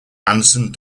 anderson